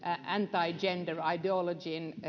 tällaisen anti gender ideologyn